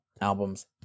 albums